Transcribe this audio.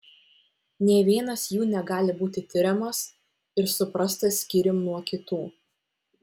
nė vienas jų negali būti tiriamas ir suprastas skyrium nuo kitų